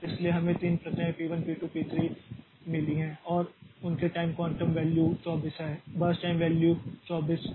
इसलिए हमें 3 प्रक्रियाएँ P 1 P 2 और P 3 मिली हैं और उनके टाइम क्वांटम वैल्यू 24 है बर्स्ट टाइम वैल्यू 24 3 और 3 हैं